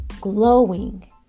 glowing